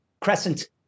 crescent